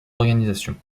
organisations